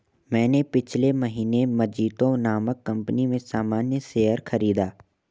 मैंने पिछले महीने मजीतो नामक कंपनी में सामान्य शेयर खरीदा